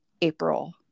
April